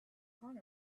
upon